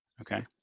Okay